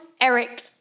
Eric